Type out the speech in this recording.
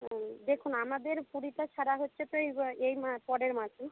হুম দেখুন আমাদের পুরীটা ছাড়া হচ্ছে তো এই এই মা পরের মাসে